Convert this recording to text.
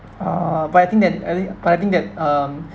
uh but I think that I think but I think that um